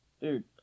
Dude